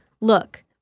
look